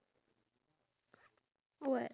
no not here